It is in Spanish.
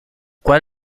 cual